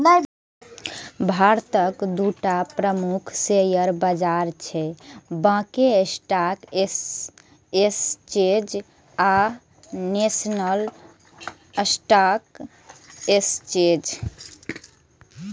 भारतक दूटा प्रमुख शेयर बाजार छै, बांबे स्टॉक एक्सचेंज आ नेशनल स्टॉक एक्सचेंज